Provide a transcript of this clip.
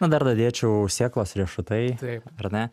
dar dadėčiau sėklos riešutai ar ne